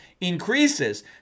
increases